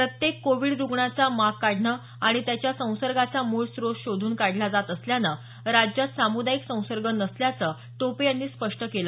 प्रत्येक कोविड रुग्णाचा माग काढणं आणि त्याच्या संसर्गाचा मूळ स्रोत शोधून काढला जात असल्यानं राज्यात सामुदायिक संसर्ग नसल्याचं टोपे यांनी स्पष्ट केलं